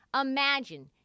imagine